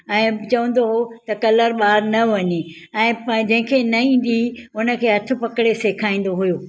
ऐं चवंदो उहो त कलर ॿाहिरि न वञे ऐं पंहिंजे जंहिंखे न ईंदी हुई हुनखे हथ पकिड़े सेखारींदो हुओ